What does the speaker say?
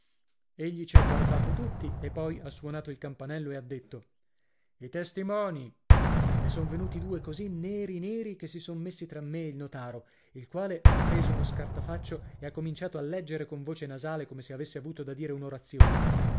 egli ci ha guardato tutti e poi ha suonato il campanello e ha detto i testimoni e son venuti due così neri neri che si son messi tra me e il notaro il quale ha preso uno scartafaccio e ha cominciato a leggere con voce nasale come se avesse avuto da dire un'orazione in